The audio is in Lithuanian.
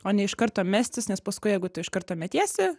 o ne iš karto mestis nes paskui jeigu tu iš karto metiesi